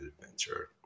adventure